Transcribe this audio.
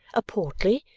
a portly,